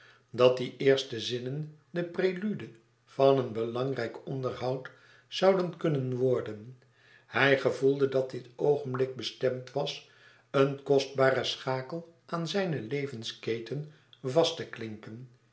dat die eerste zinnen de prelude van een belangrijk onderhoud zouden kunnen worden hij gevoelde dat dit oogenblik bestemd was een kostbaren schakel aan zijne levensketen vast te klinken